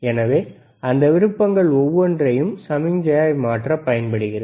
எனவே அந்த விருப்பங்கள் ஒவ்வொன்றும் சமிக்ஞையை மாற்ற பயன்படுகின்றன